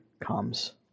comes